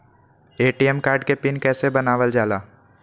ATM card के PIN कैसे बनावल जाला?